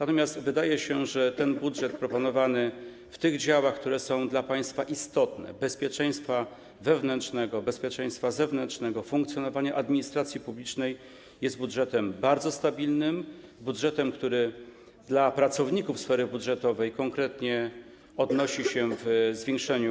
Natomiast wydaje się, że budżet proponowany w tych działach, które są dla państwa istotne: bezpieczeństwa wewnętrznego, bezpieczeństwa zewnętrznego, funkcjonowania administracji publicznej, jest budżetem bardzo stabilnym, dla pracowników sfery budżetowej budżetem, który konkretnie odnosi się do zwiększenia